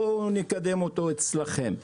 בואו נקדם אותו אצלכם.